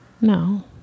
No